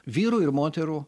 vyrų ir moterų